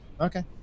Okay